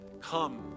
come